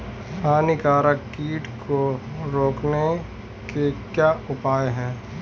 हानिकारक कीट को रोकने के क्या उपाय हैं?